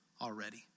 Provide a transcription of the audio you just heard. already